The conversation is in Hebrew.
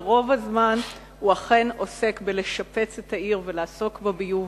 ורוב הזמן הוא אכן עוסק בלשפץ את העיר ולטפל בביוב